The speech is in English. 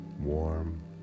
warm